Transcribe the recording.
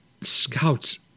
scouts